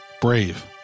brave